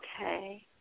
okay